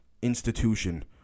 institution